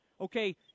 okay